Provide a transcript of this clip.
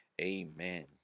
amen